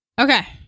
Okay